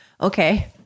Okay